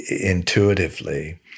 intuitively